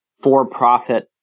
for-profit